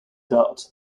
doubt